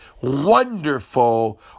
Wonderful